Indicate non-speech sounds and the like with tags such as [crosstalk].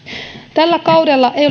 tällä kaudella ei [unintelligible]